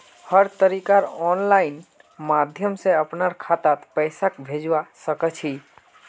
हर तरीकार आनलाइन माध्यम से अपनार खातात पैसाक भेजवा सकछी